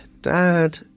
Dad